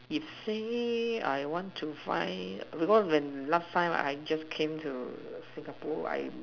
if say I want to find because when last time I just came to Singapore I